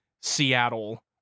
seattle